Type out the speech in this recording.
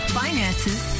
finances